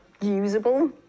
usable